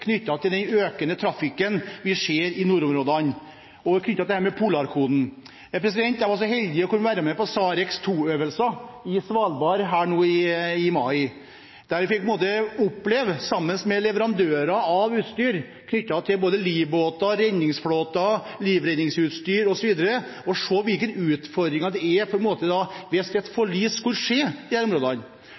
knyttet til den økende trafikken vi ser i nordområdene, knyttet til Polarkoden. Jeg var så heldig å kunne være med på SARex, Search and Rescue exercise, på Svalbard i mai. Der fikk vi oppleve og se – sammen med leverandører av utstyr som livbåter, redningsflåter, livredningsutstyr osv. – hvilke utfordringer som oppstår hvis et forlis skulle skje i